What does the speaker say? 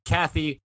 Kathy